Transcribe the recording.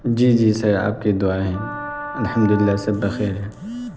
جی جی سر آپ کی دعائیں ہیں الحمد للہ سب بخیر ہے